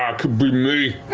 ah could be me.